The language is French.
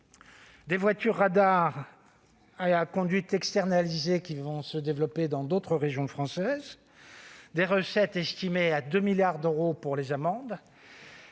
Des voitures radars à conduite externalisée seront déployées dans les régions françaises. Les recettes sont estimées à 2 milliards d'euros pour les amendes.